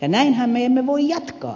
näinhän me emme voi jatkaa